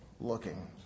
looking